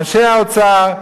ואנשי האוצר,